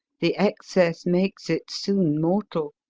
the excess makes it soon mortal.